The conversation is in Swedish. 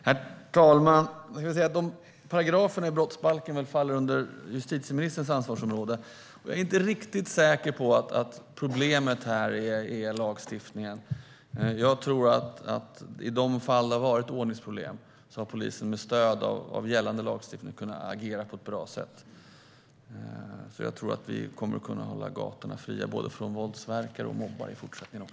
Herr talman! Paragraferna i brottsbalken faller väl under justitieministerns ansvarsområde. Men jag är inte riktigt säker på att problemet är lagstiftningen. I de fall då det har varit ordningsproblem tror jag att polisen har kunnat agera på ett bra sätt med stöd av gällande lagstiftning. Jag tror att vi kommer att kunna hålla gatorna fria från både våldsverkare och mobbar i fortsättningen också.